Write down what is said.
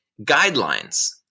guidelines